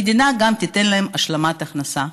המדינה גם תיתן להם השלמת הכנסה.